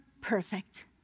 perfect